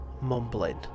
mumbling